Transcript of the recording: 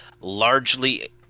largely